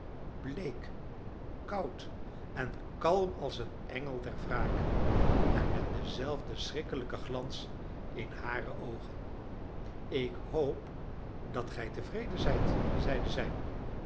bleek koud en kalm als een engel der wraak en met denzelfden schrikkelijken glans in hare oogen ik hoop dat gij tevreden zijt zeide zij